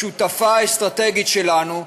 השותפה האסטרטגית שלנו,